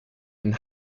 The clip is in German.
einen